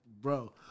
Bro